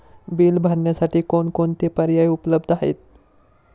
Bill भरण्यासाठी कोणकोणते पर्याय उपलब्ध आहेत?